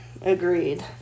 Agreed